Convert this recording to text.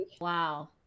wow